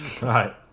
Right